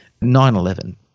9-11